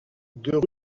deux